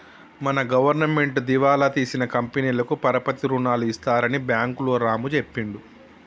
మన గవర్నమెంటు దివాలా తీసిన కంపెనీలకు పరపతి రుణాలు ఇస్తారని బ్యాంకులు రాము చెప్పిండు